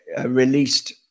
released